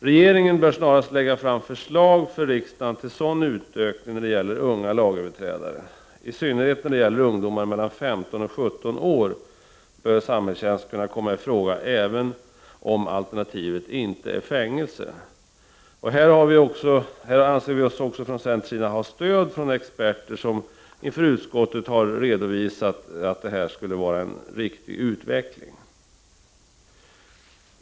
Regeringen bör snarast lägga fram förslag för riksdagen till sådan utökning när det gäller unga lagöverträdare. I synnerhet när det gäller ungdomar mellan 15 och 17 år bör samhällstjänst kunna komma i fråga, även om alternativet inte är fängelse. Här anser vi oss ha stöd av experter, som inför utskottet har redovisat att detta är en riktig utveckling.